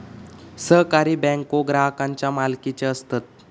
सहकारी बँको ग्राहकांच्या मालकीचे असतत